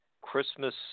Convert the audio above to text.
Christmas